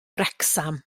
wrecsam